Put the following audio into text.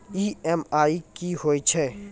EMI कि होय छै?